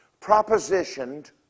propositioned